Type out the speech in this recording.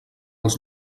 els